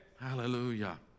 Hallelujah